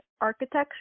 architecture